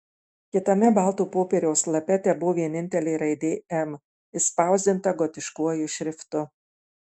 kitame balto popieriaus lape tebuvo vienintelė raidė m išspausdinta gotiškuoju šriftu